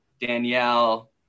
Danielle